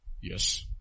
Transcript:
Yes